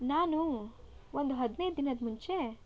ನಾನು ಒಂದು ಹದಿನೈದು ದಿನದ ಮುಂಚೆ